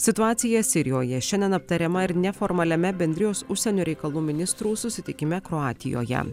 situacija sirijoje šiandien aptariama ir neformaliame bendrijos užsienio reikalų ministrų susitikime kroatijoje